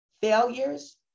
failures